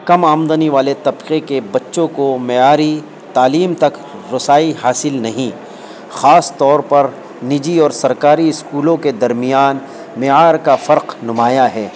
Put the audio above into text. کم آمدنی والے طبقے کے بچوں کو معیاری تعلیم تک رسائی حاصل نہیں خاص طور پر نجی اور سرکاری اسکولوں کے درمیان معیار کا فرق نمایاں ہے